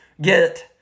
get